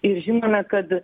žinome kad